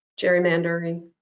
gerrymandering